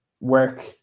work